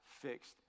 fixed